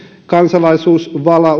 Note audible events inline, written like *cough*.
kansalaisuusvala *unintelligible*